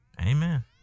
amen